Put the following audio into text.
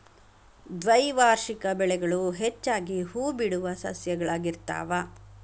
ದ್ವೈವಾರ್ಷಿಕ ಬೆಳೆಗಳು ಹೆಚ್ಚಾಗಿ ಹೂಬಿಡುವ ಸಸ್ಯಗಳಾಗಿರ್ತಾವ